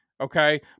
okay